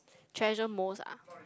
treasure most ah